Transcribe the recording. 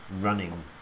running